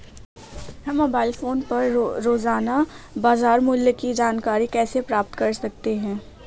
हम mobile phone पर रोजाना बाजार मूल्य की जानकारी कैसे प्राप्त कर सकते हैं?